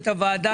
את הוועדה,